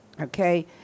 Okay